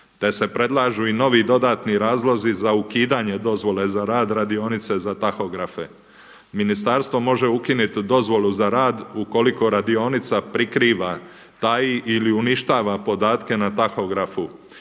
Te se predlažu i novi dodatni razlozi za ukidanje dozvole za rad, radionice za tahografe. Ministarstvo može ukinuti dozvolu za rad ukoliko radionica prikriva, taji, ili uništava podatke na tahografu